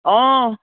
অঁ